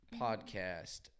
podcast